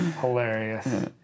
Hilarious